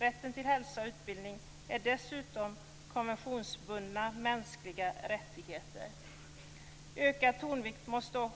Rätten till hälsa och utbildning är dessutom konventionsbundna mänskliga rättigheter. Ökad tonvikt måste